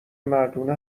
مردونه